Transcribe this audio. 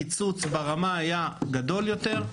הקיצוץ ברמה היה גדול יותר.